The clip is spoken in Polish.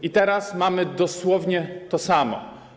I teraz mamy dosłownie to samo.